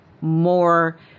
more